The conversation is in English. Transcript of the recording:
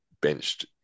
benched